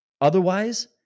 Otherwise